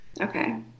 Okay